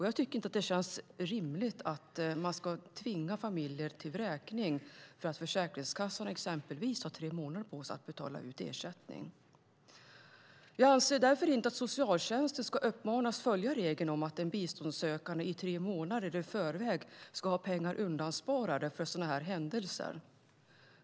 Jag tycker inte att det känns rimligt att man ska tvinga familjer till vräkning för att exempelvis Försäkringskassan tar tre månader på sig för att betala ut ersättning. Jag anser därför inte att socialtjänsten ska uppmanas att följa regeln om att den biståndssökande tre månader i förväg ska ha pengar undansparade för sådana här händelser.